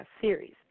series